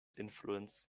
influence